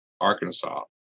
Arkansas